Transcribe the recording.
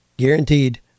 guaranteed